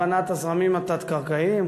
הבנת הזרמים התת-קרקעיים.